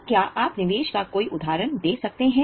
तो क्या आप निवेश का कोई उदाहरण दे सकते हैं